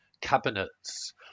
cabinets